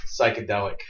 psychedelic